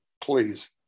please